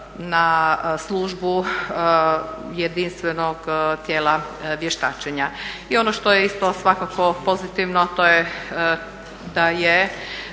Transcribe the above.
na službu jedinstvenog tijela vještačenja. I ono što je isto svakako pozitivno to je da je